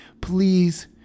Please